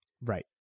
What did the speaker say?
Right